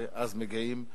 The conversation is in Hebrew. שאז מגיעים לפי-שלושה.